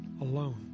alone